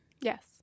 Yes